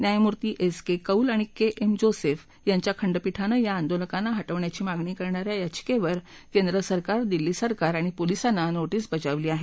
न्यायमूर्ती S K Kaul आणि K M Joseph यांच्या खंडपीठानं या आंदोलकांना हा वेण्याची मागणी करणाऱ्या याचिकेवर केंद्र सरकार दिल्ली सरकार आणि पोलिसाना नोर्टिझे बजावली आहे